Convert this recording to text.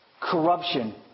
corruption